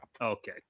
Okay